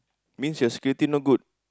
means your security not good